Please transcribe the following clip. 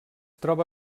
troba